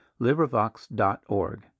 LibriVox.org